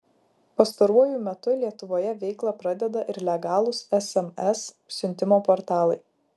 pastaruoju metu lietuvoje veiklą pradeda ir legalūs sms siuntimo portalai